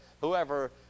whoever